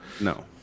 No